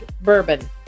bourbon